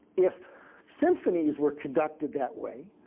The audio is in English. if symphonies were conducted that way,